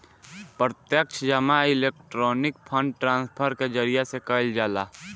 प्रत्यक्ष जमा electronic fund transfer के जरिया से कईल जाला